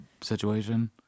situation